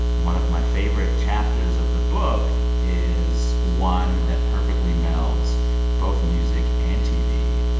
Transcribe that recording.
one of my favorite chapters of the book is one that perfectly melds both music and tv,